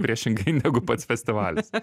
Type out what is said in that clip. priešingai negu pats festivalis